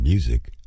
Music